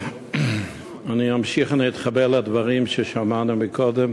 אני אמשיך ואתחבר לדברים ששמענו קודם